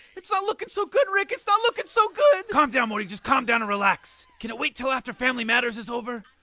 it's not looking so good rick. it's not looking so good calm down morty. just calm down and relax can it wait till after family matters is over?